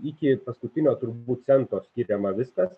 iki paskutinio turbūt cento skiriama viskas